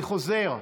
אני חוזר.